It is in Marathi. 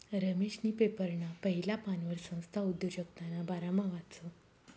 रमेशनी पेपरना पहिला पानवर संस्था उद्योजकताना बारामा वाचं